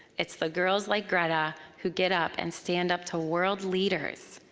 it's the girls like greta who get up and stand up to world leaders,